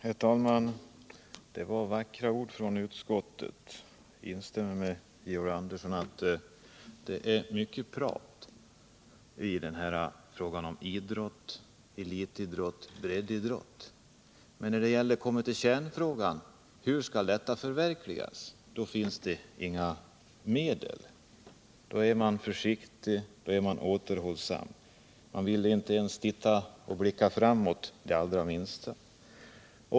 Herr talman! Det var vackra ord från utskottet. Jag instämmer med Georg Andersson i att det var mycket prat i frågorna om elitidrott och breddidrott, men när det gäller kärnfrågan om hur allt detta skall förverkligas finns det inga medel till det — då är man försiktig och återhållsam; man vågar inte blicka framåt ens det allra minsta.